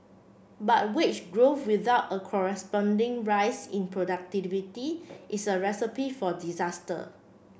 but wage growth without a corresponding rise in productivity is a recipe for disaster